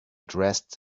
dressed